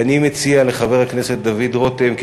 ואני מציע לחבר הכנסת דוד רותם,